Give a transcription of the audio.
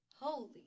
holy